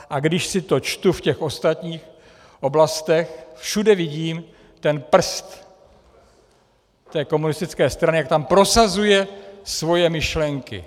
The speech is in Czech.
A když si to čtu v těch ostatních oblastech, všude vidím ten prst komunistické strany, jak tam prosazuje svoje myšlenky.